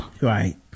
Right